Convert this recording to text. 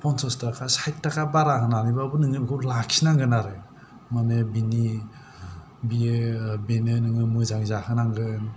पन्सास टाका सायेत टाका बारा होनानैबाबो नोङो बेखौ लाखिनांगोन आरो माने बिनि बियो बिनो नोङो मोजां जाहोनांगोन